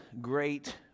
great